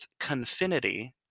Confinity